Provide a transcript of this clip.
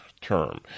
term